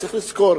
צריך לזכור: